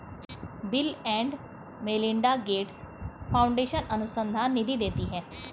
bill and Melinda Gates Foundation अनुसंधान निधि देती है